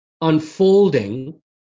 unfolding